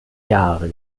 jahre